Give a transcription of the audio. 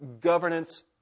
governance